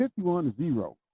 51-0